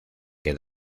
que